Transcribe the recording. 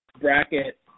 bracket